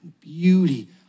beauty